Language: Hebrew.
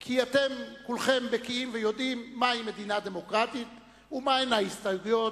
כי אתם כולכם בקיאים ויודעים מהי מדינה דמוקרטית ומהן ההסתייגויות,